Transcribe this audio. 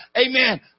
Amen